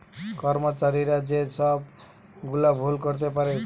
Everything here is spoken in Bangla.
কর্মচারীরা যে সব গুলা ভুল করতে পারে